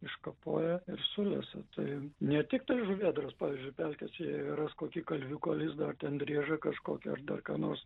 iškapoja ir sules tai ne tiktai žuvėdros pavyzdžiui pelkėse jei ras kokį kalviuko lizdą ar ten driežą kažkokį ar ką nors